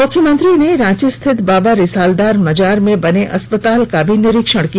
मुख्यमंत्री ने रांची स्थित बाबा रिसालदार मजार में बने अस्पताल का भी निरीक्षण किया